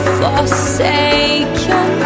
forsaken